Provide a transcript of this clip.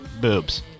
boobs